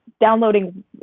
downloading